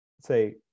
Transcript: say